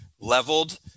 leveled